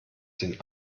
den